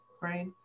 right